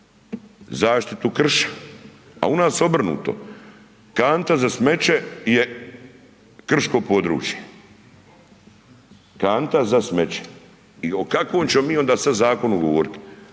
zaštitu krša, a u nas obrnuto, kanta za smeće je krško područje, kanta za smeće i o kakvom ćemo mi onda zakonu govorit?